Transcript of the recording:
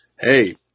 hey